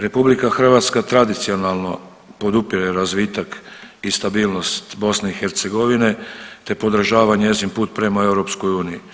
RH tradicionalno podupire razvitak i stabilnost BiH te podržava njezin put prema EU.